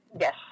yes